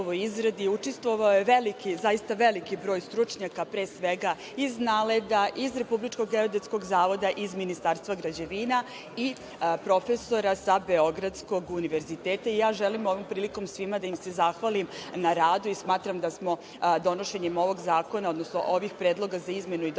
učestvovao je zaista veliki broj stručnjaka, pre svega iz NALED-a, iz Republičkog geodetskog zavoda, iz Ministarstva građevine i profesora sa beogradskog Univerziteta i želim ovom prilikom svima da se zahvalim na radu. Smatram da smo, donošenjem ovog zakona, odnosno ovih predloga za izmenu i dopunu